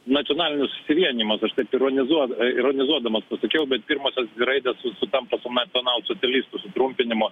nacionalinis susivienijimas aš taip ironizuod ironizuodama tačiau bet pirma raidės sutampa su nacionalsocialistų sutrumpinimu